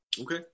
Okay